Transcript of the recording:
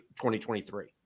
2023